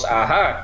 aha